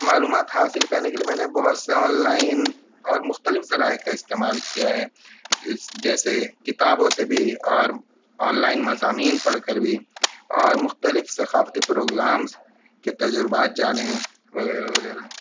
معلومات حاصل کرنے کے لیے میں نے بہت سے آن لائن اور مختلف ذرائع کا استعمال کیا ہے جیسے کتابوں سے بھی اور آن لائن مضامین پڑھ کر بھی اور مختلف ثقافتی پروگرامس کے تجربات جانے ہیں وغیرہ وغیرہ